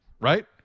Right